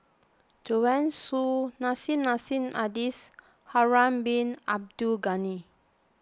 Joanne Soo Nissim Nassim Adis Harun Bin Abdul Ghani